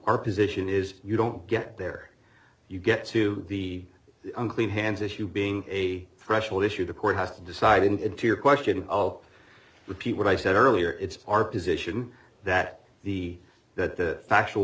our position is you don't get there you get to the unclean hands issue being a threshold issue the court has to decide in to your question i'll repeat what i said earlier it's our position that the that the factual